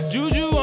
Juju